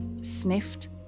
sniffed